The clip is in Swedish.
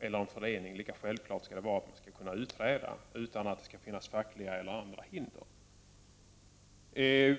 eller en förening skall det vara att man kan utträda utan att det finns fackliga eller andra hinder.